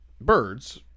birds